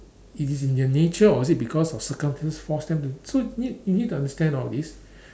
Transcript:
it is in their nature or is it because of circumstance force them to so need you need to understand all of this